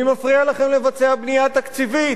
מי מפריע לכם לבצע בנייה תקציבית?